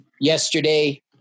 yesterday